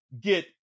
get